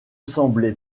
semblait